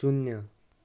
शून्य